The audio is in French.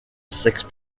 sex